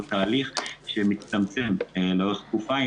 זה תהליך שמצטמצם לאורך תקופה.